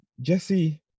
Jesse